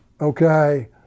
okay